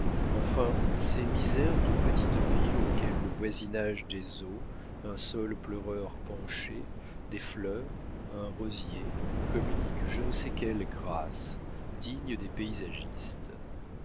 enfin ces misères de petite ville auxquelles le voisinage des eaux un saule pleureur penché des fleurs un rosier communiquent je ne sais quelle grâce digne des paysagistes